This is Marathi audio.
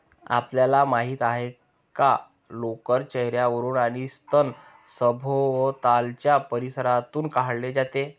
आपल्याला माहित आहे का लोकर चेहर्यावरून आणि स्तन सभोवतालच्या परिसरातून काढले जाते